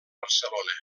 barcelona